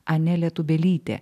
anelė tūbelytė